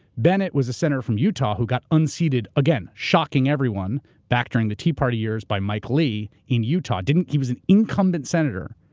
bennett was a senator from utah who got unseated, again shocking everyone back during the tea party years by mike lee in utah. didn't, he was an incumbent senator,